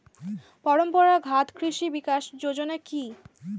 পরম্পরা ঘাত কৃষি বিকাশ যোজনা কি?